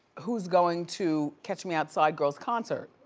who's going to catch me outside girl's concert.